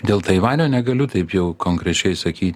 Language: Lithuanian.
dėl taivanio negaliu taip jau konkrečiai sakyt